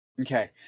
Okay